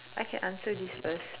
I can answer this first